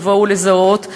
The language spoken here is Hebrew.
לבוא ולזהות,